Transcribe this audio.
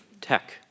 tech